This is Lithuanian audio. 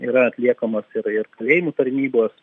yra atliekamos ir ir kalėjimų tarnybos